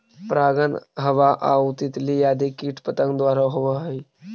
परागण हवा आउ तितली आदि कीट पतंग द्वारा होवऽ हइ